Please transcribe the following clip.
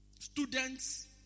Students